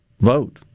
vote